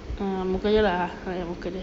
um muka dia lah ah muka dia